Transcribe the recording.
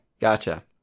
gotcha